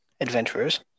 adventurers